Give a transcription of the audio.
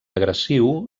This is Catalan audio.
agressiu